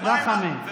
לא הבנת, מנסור עבאס.